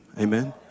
Amen